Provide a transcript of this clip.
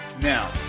Now